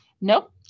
Nope